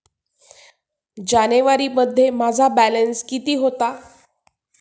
जानेवारीमध्ये माझा बॅलन्स किती होता?